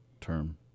term